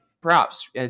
props